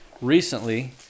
recently